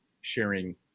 sharing